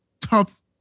tough